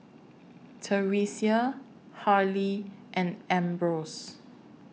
Theresia Harlie and Ambrose